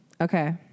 Okay